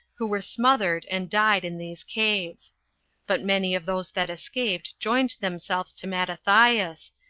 who were smothered and died in these caves but many of those that escaped joined themselves to mattathias,